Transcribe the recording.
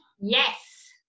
Yes